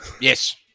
Yes